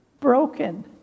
broken